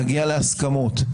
להגיע להסכמות.